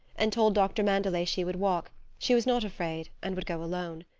and told doctor mandelet she would walk she was not afraid, and would go alone.